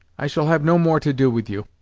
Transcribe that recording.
i shall have no more to do with you